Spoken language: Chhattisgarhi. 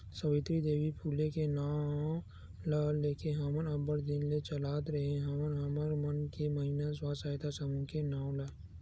सावित्री देवी फूले के नांव ल लेके हमन अब्बड़ दिन ले चलात रेहे हवन हमर मन के महिना स्व सहायता समूह के नांव ला